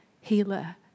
healer